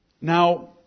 Now